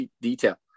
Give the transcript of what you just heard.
detail